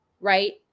right